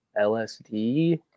LSD